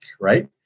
right